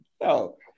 No